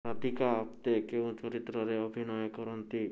ରାଧିକା ଆପ୍ତେ କେଉଁ ଚରିତ୍ରରେ ଅଭିନୟ କରନ୍ତି